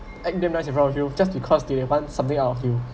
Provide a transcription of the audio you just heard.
act damn nice in front of you just because they want something out of you